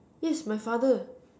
yes my father